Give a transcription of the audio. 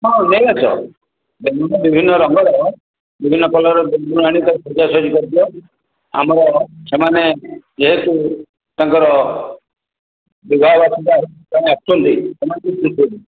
ହଁ ନେଇଆସ ଗେଣ୍ଡୁ ବିଭିନ୍ନ ରଙ୍ଗର ବିଭିନ୍ନ କଲର୍ର ଗେଣ୍ଡୁ ଆଣି ତାକୁ ସଜାସଜି କରିଦିଅ ଆମର ସେମାନେ ଯେହେତୁ ତାଙ୍କର ବିବାହବାର୍ଷିକୀ